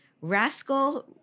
Rascal